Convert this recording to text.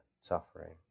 suffering